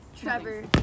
Trevor